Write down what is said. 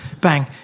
bang